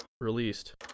released